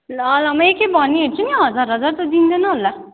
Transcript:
ल ल म एक खेप भनिहेर्छु नि हजार हजार त दिँदैन होला